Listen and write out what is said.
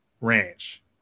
range